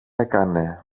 έκανε